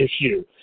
issue